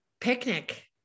picnic